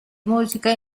musica